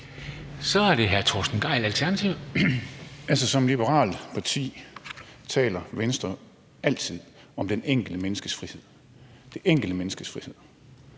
Kl. 10:37 Torsten Gejl (ALT): Altså, som liberalt parti taler Venstre altid om det enkelte menneskes frihed – det enkelte menneskes frihed.